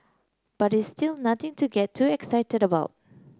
but it's still nothing to get too excited about